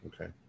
Okay